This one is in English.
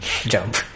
jump